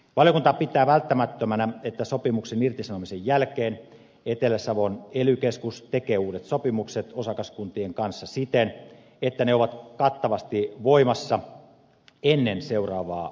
valiokunta pitää välttämättömänä että sopimuksen irtisanomisen jälkeen etelä savon ely keskus tekee uudet sopimukset osakaskuntien kanssa siten että ne ovat kattavasti voimassa ennen seuraavaa kalastusrajoitusaikaa